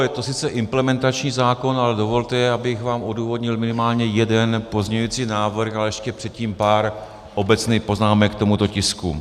Je to sice implementační zákon, ale dovolte, abych vám odůvodnil minimálně jeden pozměňující návrh, ale ještě předtím pár obecných poznámek k tomuto tisku.